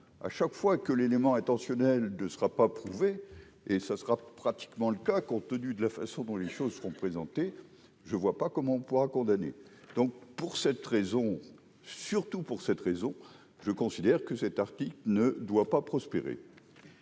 à chaque fois que l'élément intentionnel de sera pas prouvé et ce sera pratiquement le cas compte tenu de la façon dont les choses seront présentés, je ne vois pas comment on pourra condamner donc pour cette raison, surtout pour cette raison, je considère que cet article ne doit pas prospérer.